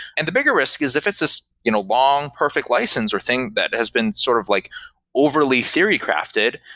and the bigger risk is if it's this you know long, perfect license or thing that has been sort of like overly theory crafted,